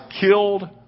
killed